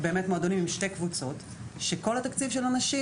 חייבת להודות שלדעתי יש פה - שוב, אתם